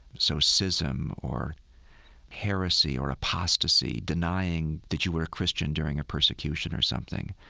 so schism, or heresy or apostasy, denying that you were a christian during a persecution or something.